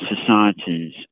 societies